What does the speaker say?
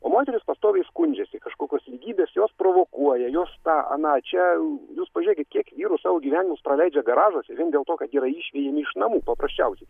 o moterys pastoviai skundžiasi kažkokios lygybės jos provokuoja jos tą ana čia jūs pažiūrėkit kiek vyrų savo gyvenimus praleidžia garažuose vien dėl to kad jie yra išvijami iš namų paprasčiausiai